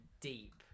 deep